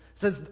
says